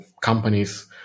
companies